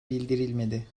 bildirilmedi